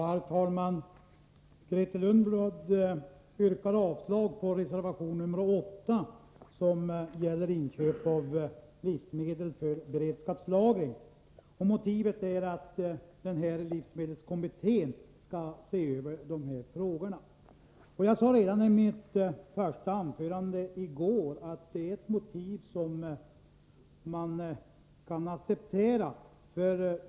Herr talman! Grethe Lundblad yrkar avslag på reservation nr 8, som gäller inköp av livsmedel för beredskapslagring. Motivet för avslagsyrkandet är att livsmedelskommittén skall se över de här frågorna. Jag sade redan i mitt första anförande i går att det är ett motiv som man kan acceptera.